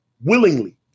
Willingly